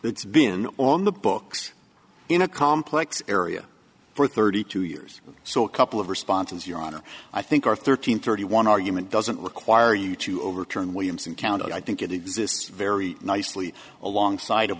that's been on the books in a complex area for thirty two years so a couple of responses your honor i think are thirteen thirty one argument doesn't require you to overturn williamson county i think it exists very nicely alongside of